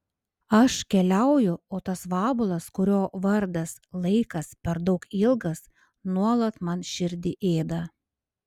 aš keliauju o tas vabalas kurio vardas laikas per daug ilgas nuolat man širdį ėda